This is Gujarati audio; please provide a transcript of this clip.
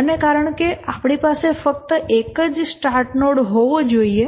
અને કારણ કે આપણી પાસે ફક્ત એક જ સ્ટાર્ટ નોડ હોવો જોઈએ